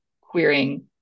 queering